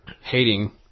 hating